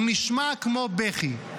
הוא נשמע כמו בכי.